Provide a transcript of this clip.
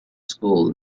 school